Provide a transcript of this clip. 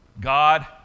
God